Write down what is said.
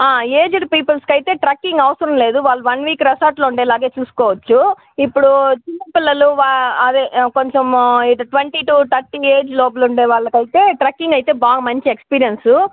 aged పీపుల్స్కి అయితే trekking అవసరం లేదు వాళ్ళు వన్ వీక్ రెసార్ట్లో ఉండేలాగే చూసుకోవచ్చు ఇప్పుడు చిన్నపిల్లలు వా అదే కొంచెము ఇది ట్వంటీ టూ థర్టీ ఏజ్ లోపల ఉండేవాళ్ళకి అయితే ట్రక్కింగ్ అయితే బాగా మంచి ఎక్స్పీరియెన్సు